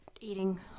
eating